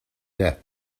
death